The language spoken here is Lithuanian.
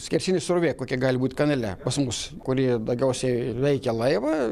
skersinė srovė kokia gali būt kanale pas mus kuri daugiausiai veikia laivą